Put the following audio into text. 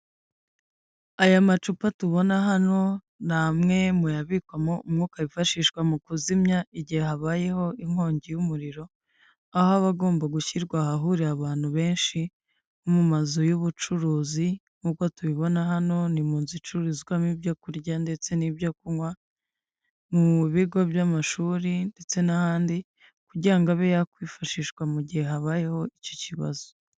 Aya macupa tubona hano ni amwe muyabikwamo umwuka wifashishwa mu kuzimya igihe habayeho inkongi y'umuriro, aho abagomba gushyirwa ahahurira abantu benshi, nko mu mazu y'ubucuruzi, nk'uko tubibona hano ni munzu icurururizwamo ibyo kurya ndetse n'ibyo kunywa, mu bigo by'amashuri ndetse n'ahandi, kugira abe yakwifashishwa mu gihe habayeho icyo kibazo.